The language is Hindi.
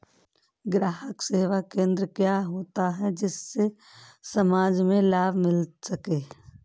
ग्राहक सेवा केंद्र क्या होता है जिससे समाज में लाभ मिल सके?